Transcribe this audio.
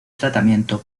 tratamiento